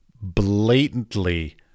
blatantly